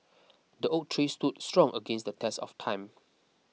the oak tree stood strong against the test of time